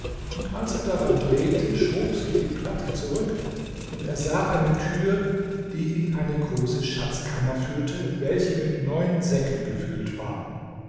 und als er daran drehte schob sich die platte zurück und er sah eine tür die in eine große schatzkammer führte welche mit neuen säcken gefüllt war